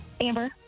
Amber